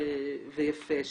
ויפה,